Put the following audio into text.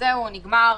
"זהו, נגמר,"